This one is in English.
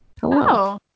Hello